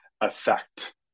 affect